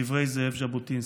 דברי זאב ז'בוטינסקי.